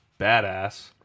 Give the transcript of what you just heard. badass